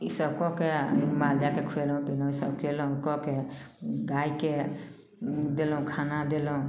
ई सब कऽ कऽ आ मालजालके खुएलहुँ पियेलहुँ सब कयलहुँ कऽ कऽ गाय के देलहुँ खाना देलहुँ